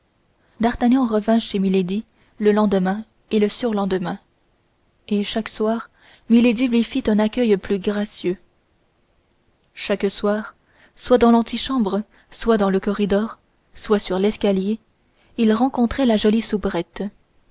d'artagnan revint chez milady le lendemain et le surlendemain et chaque fois milady lui fit un accueil plus gracieux chaque fois aussi soit dans l'antichambre soit dans le corridor soit sur l'escalier il rencontrait la jolie